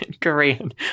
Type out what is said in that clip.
Korean